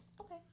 Okay